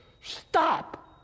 Stop